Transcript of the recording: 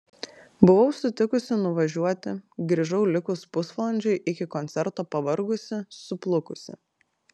buvau sutikusi nuvažiuoti grįžau likus pusvalandžiui iki koncerto pavargusi suplukusi